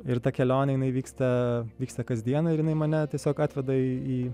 ir ta kelionė jinai vyksta vyksta kasdieną ir jinai mane tiesiog atveda į į